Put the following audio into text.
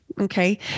Okay